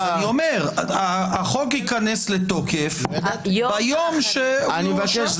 אז אני אומר שהחוק יכנס לתוקף ביום שהוא --- אני מבקש,